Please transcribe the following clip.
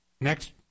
Next